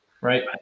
right